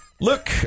Look